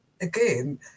again